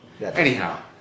Anyhow